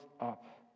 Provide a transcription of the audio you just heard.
up